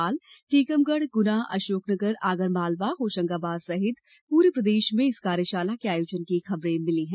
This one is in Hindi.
भोपाल टीकमगढ़ गुना अशोकनगर आगरमालवा होशंगाबाद सहित पूरे प्रदेश से इस कार्यशाला के आयोजन की खबरे मिली हैं